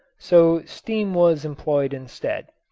so steam was employed instead.